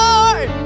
Lord